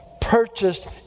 purchased